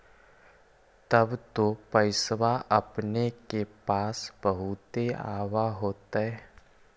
तब तो पैसबा अपने के पास बहुते आब होतय?